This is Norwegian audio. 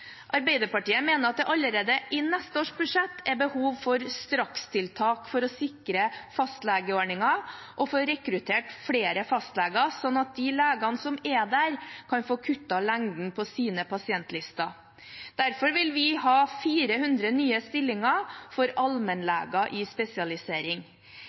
Arbeiderpartiet mener at det allerede i neste års budsjett er behov for strakstiltak for å sikre fastlegeordningen og få rekruttert flere fastleger, sånn at de legene som er der, kan få kuttet lengden på sine pasientlister. Derfor vil vi ha 400 nye stillinger for